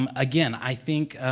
um again, i think,